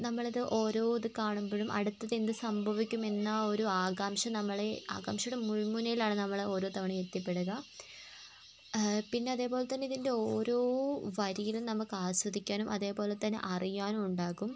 നമ്മളിത് ഓരോ ഇത് കാണുമ്പോഴും അടുത്തത് എന്ത് സംഭവിക്കുമെന്നൊരു ആകാംക്ഷ നമ്മളെ ആകാംക്ഷയുടെ മുൾമുനയിലാണ് നമ്മളോരോ തവണയും എത്തിപ്പെടുക പിന്നെ അതേപോലെ തന്നെ ഇതിൻ്റെ ഓരോ വരിയിലും നമുക്ക് ആസ്വദിക്കാനും അതേപോലെ തന്നെ അറിയാനുമുണ്ടാകും